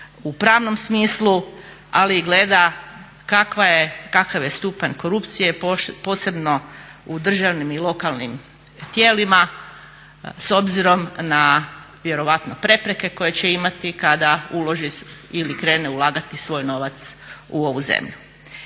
u pravnom smislu ali i gleda kakav je stupanj korupcije, posebno u državnim i lokalnim tijelima s obzirom na vjerojatno prepreke koje će imati kada uloži ili krene ulagati svoj novac u ovu zemlju.